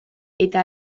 eta